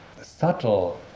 subtle